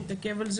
חבל שנתעכב.